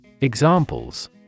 examples